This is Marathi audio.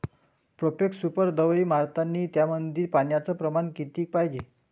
प्रोफेक्स सुपर दवाई मारतानी त्यामंदी पान्याचं प्रमाण किती पायजे?